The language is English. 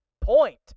point